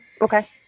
Okay